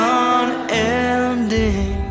unending